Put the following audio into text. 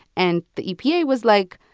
and the epa was like,